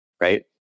right